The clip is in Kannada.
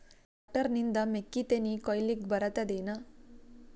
ಟ್ಟ್ರ್ಯಾಕ್ಟರ್ ನಿಂದ ಮೆಕ್ಕಿತೆನಿ ಕೊಯ್ಯಲಿಕ್ ಬರತದೆನ?